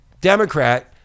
Democrat